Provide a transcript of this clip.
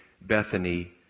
Bethany